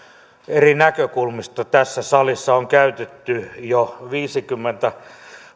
eri näkökulmista tässä salissa on käytetty jo viisikymmentä